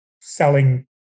selling